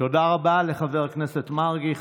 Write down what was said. תודה רבה לחבר הכנסת מרגי.